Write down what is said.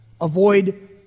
avoid